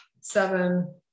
seven